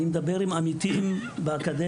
אני מדבר עם עמיתים באקדמיה.